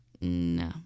No